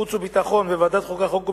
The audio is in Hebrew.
חוץ וביטחון וועדת החוקה, חוק ומשפט,